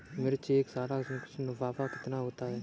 मिर्च से एक साल का मुनाफा कितना होता है?